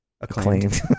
acclaimed